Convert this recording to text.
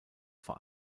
vor